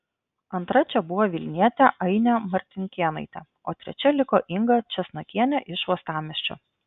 antra čia buvo vilnietė ainė martinkėnaitė o trečia liko inga česnakienė iš uostamiesčio